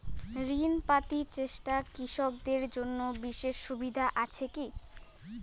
ঋণ পাতি চেষ্টা কৃষকদের জন্য বিশেষ সুবিধা আছি কি?